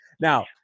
Now